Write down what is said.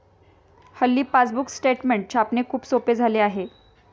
हल्ली passbook statement छापणे खूप सोपे झाले आहे